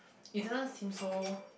it doesn't seem so